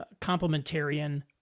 complementarian